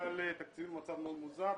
כסמנכ"ל תקציבים במצב מאוד מוזר.